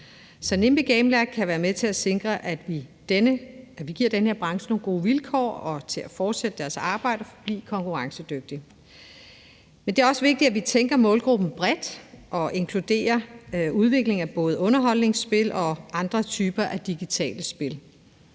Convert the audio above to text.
Så Nimbi Gamelab kan være med til at sikre, at vi giver denne branche nogle gode vilkår i forhold til at fortsætte deres arbejde og forblive konkurrencedygtige. Men det er også vigtigt, at vi tænker bredt i forhold til målgruppen og inkluderer udvikling af både underholdning, spil og andre typer af digitale spil.